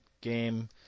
game